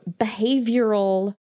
behavioral